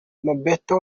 mobetto